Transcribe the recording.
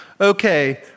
Okay